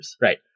Right